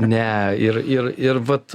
ne ir ir ir vat